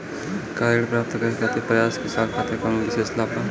का ऋण प्राप्त करे के प्रयास कर रहल किसान खातिर कउनो विशेष लाभ बा?